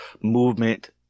movement